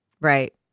Right